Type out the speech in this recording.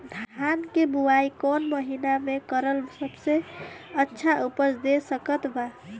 धान के बुआई कौन महीना मे करल सबसे अच्छा उपज दे सकत बा?